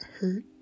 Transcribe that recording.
hurt